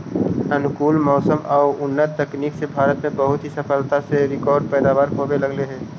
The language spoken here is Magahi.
अनुकूल मौसम आउ उन्नत तकनीक से भारत में बहुत ही सफलता से रिकार्ड पैदावार होवे लगले हइ